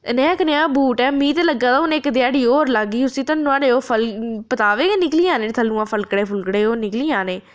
अनेहा कनेहा बूट ऐ मीं ते लग्गा दा इक ध्याड़ी होर लाग्गी उसी ते नुआढ़े ओह् फल पतावे गै निकली जाने थल्लुआं फलकड़े फुलकड़े ओह् निकली जाने